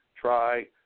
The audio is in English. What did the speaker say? try